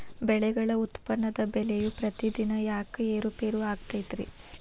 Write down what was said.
ಬೆಳೆಗಳ ಉತ್ಪನ್ನದ ಬೆಲೆಯು ಪ್ರತಿದಿನ ಯಾಕ ಏರು ಪೇರು ಆಗುತ್ತೈತರೇ?